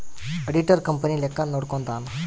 auditor company ಲೆಕ್ಕ ನೋಡ್ಕಂತಾನ್